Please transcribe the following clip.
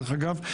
דרך אגב.